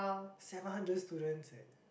seven hundred students eh